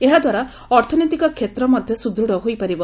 ଏହାଦ୍ୱାରା ଅର୍ଥନୈତିକ କ୍ଷେତ୍ର ମଧ୍ୟ ସୁଦୂତ ହୋଇପାରିବ